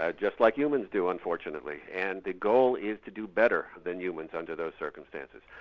ah just like humans do, unfortunately, and the goal is to do better than humans under those circumstances.